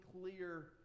clear